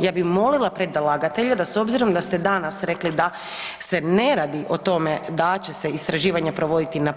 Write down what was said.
Ja bi molila predlagatelje da s obzirom da ste danas rekli da se ne radio o tome da će se istraživanje provoditi na